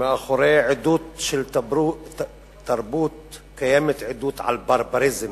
שמאחורי עדות של תרבות, קיימת עדות על ברבריזם.